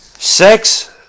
Sex